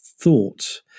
thought